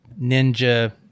ninja